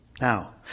Now